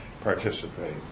participate